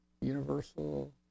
Universal